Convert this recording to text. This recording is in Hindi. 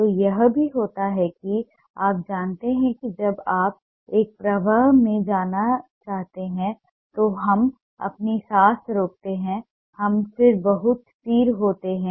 तो यह भी होता है कि आप जानते हैं कि जब आप एक प्रवाह में जाना चाहते हैं तो हम अपनी सांस रोकते हैं और फिर बहुत स्थिर होते हैं